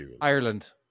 Ireland